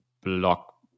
block